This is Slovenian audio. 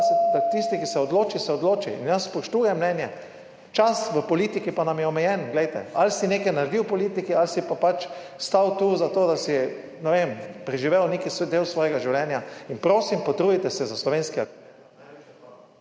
da tisti, ki se odloči, se odloči. In jaz spoštujem mnenje. Čas v politiki pa nam je omejen, ali si nekaj naredil v politiki ali si pa pač stal tu, zato da si, ne vem, preživel nek del svojega življenja. In, prosim, potrudite se za slovenskega